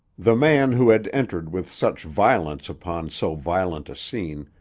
the man who had entered with such violence upon so violent a scene,